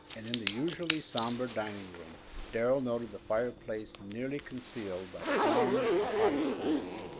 and in the usually sombre dining-room darrell noted the fireplace nearly concealed by palms and potted plants,